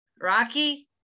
rocky